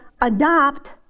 adopt